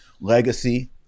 legacy